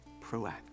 proactive